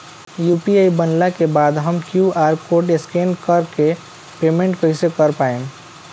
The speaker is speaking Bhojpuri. यू.पी.आई बनला के बाद हम क्यू.आर कोड स्कैन कर के पेमेंट कइसे कर पाएम?